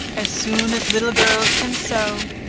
as soon as little girls can sew,